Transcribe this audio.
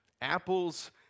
Apples